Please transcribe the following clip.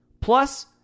Plus